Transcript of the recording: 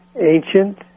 ancient